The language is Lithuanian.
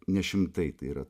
ne šimtai tai yra